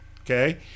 okay